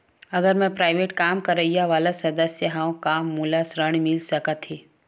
अगर मैं प्राइवेट काम करइया वाला सदस्य हावव का मोला ऋण मिल सकथे?